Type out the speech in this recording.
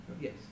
Yes